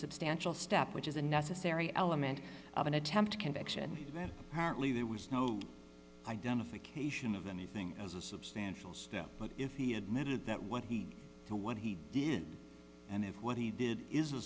substantial step which is a necessary element of an attempt a conviction that apparently there was no identification of them anything as a substantial step but if he admitted that what he what he did and if what he did is a